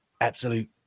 absolute